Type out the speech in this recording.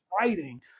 writing